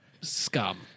scum